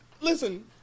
listen